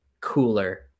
cooler